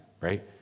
right